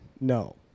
no